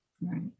right